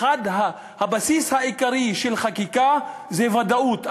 הבסיס העיקרי של חקיקה זה ודאות,